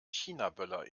chinaböller